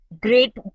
great